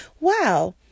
wow